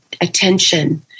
attention